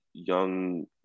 Young